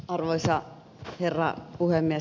arvoisa herra puhemies